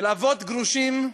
של אבות גרושים,